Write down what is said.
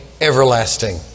everlasting